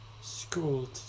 school